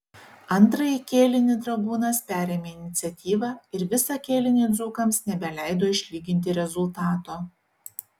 antrąjį kėlinį dragūnas perėmė iniciatyvą ir visą kėlinį dzūkams nebeleido išlyginti rezultato